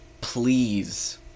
please